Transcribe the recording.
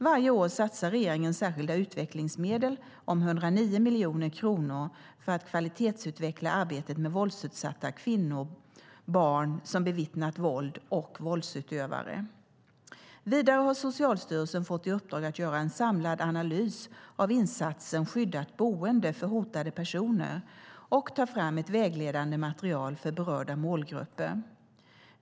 Varje år satsar regeringen särskilda utvecklingsmedel om 109 miljoner kronor för att kvalitetsutveckla arbetet med våldsutsatta kvinnor, barn som bevittnat våld och våldsutövare. Vidare har Socialstyrelsen fått i uppdrag att göra en samlad analys av insatsen skyddat boende för hotade personer och att ta fram ett vägledande material för berörda målgrupper.